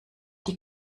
die